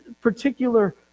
particular